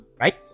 right